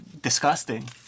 disgusting